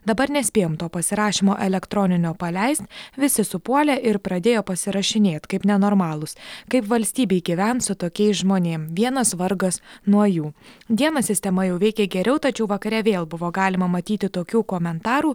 dabar nespėjome to pasirašymo elektroninio paleist visi supuolė ir pradėjo pasirašinėt kaip nenormalūs kaip valstybėj gyventi su tokiais žmonėm vienas vargas nuo jų dieną sistema jau veikė geriau tačiau vakare vėl buvo galima matyti tokių komentarų